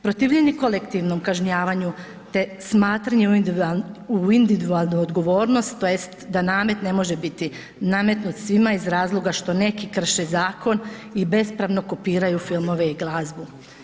Protivljenje kolektivnom kažnjavanju te smatranje u individualnu odgovornost tj. da namet ne može biti nametnut svima iz razloga što neki krše zakon i bespravno kopiraju filmove i glazbu.